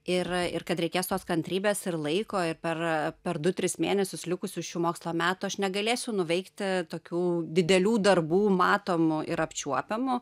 ir ir kad reikės tos kantrybės ir laiko ir per per du tris mėnesius likusius šių mokslo metų aš negalėsiu nuveikti tokių didelių darbų matomų ir apčiuopiamų